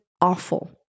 awful